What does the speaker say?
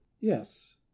Yes